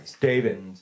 David